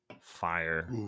fire